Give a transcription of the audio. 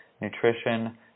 nutrition